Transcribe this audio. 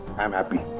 i am happy.